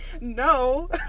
No